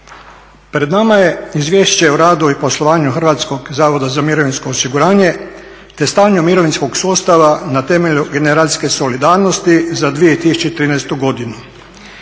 Pred nama je Izvješće o radu i poslovanju Hrvatskog zavoda za mirovinsko osiguranje te stanju mirovinskog sustava na temelju generacijske solidarnosti za 2013. godinu.